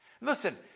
Listen